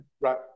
right